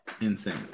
Insane